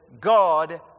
God